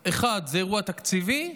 1. זה אירוע תקציבי,